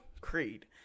Creed